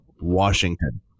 Washington